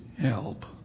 help